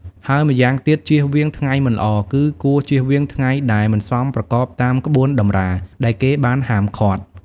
ហើយម្យ៉ាងទៀតជៀសវាងថ្ងៃមិនល្អ គឺគួរជៀសវាងថ្ងៃដែលមិនសមប្រកបតាមក្បួនតម្រា ដែលគេបានហាមឃាត់។